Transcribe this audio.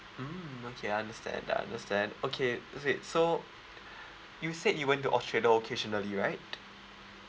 mm okay I understand I understand okay wait so you said you went to australia occasionally right